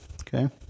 okay